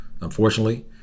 Unfortunately